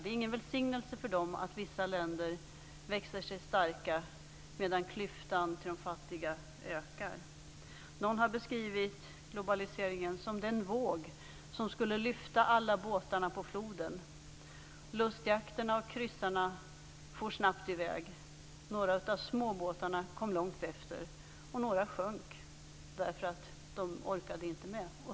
Det är ingen välsignelse för dem att vissa länder växer sig starka medan klyftan till de fattiga ökar. Någon har beskrivit globaliseringen som den våg som skulle lyfta alla båtarna på floden. Lustjakterna och kryssarna for snabbt i väg. Några av småbåtarna kom långt efter, och några sjönk därför att de inte orkade med.